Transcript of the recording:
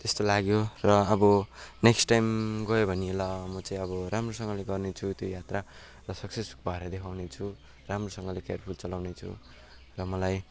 त्यस्तो लाग्यो र अब नेकस्ट टाइम गयो भने ल म चाहिँ अब राम्रोसँगले गर्नेछु त्यो यात्रा र सक्सेस भएर देखाउने छु राम्रोसँगले केयरफुल चलाउने छु र मलाई